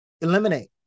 eliminate